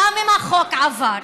גם אם החוק יעבור?